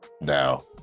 now